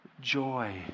joy